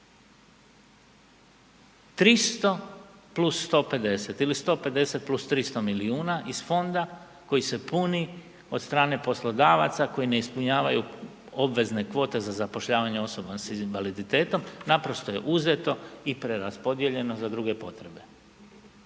300 plus 150 ili 150 plus 300 milijuna iz fonda koji se puni od strane poslodavaca koji ne ispunjavaju obvezne kvote za zapošljavanje osoba sa invaliditetom, naprosto je uzeto i preraspodijeljeno za druge potrebe.